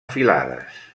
filades